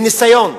מניסיון,